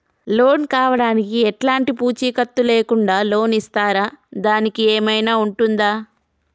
Loan కావడానికి ఎలాంటి పూచీకత్తు లేకుండా లోన్ ఇస్తారా దానికి ఏమైనా ఉంటుందా?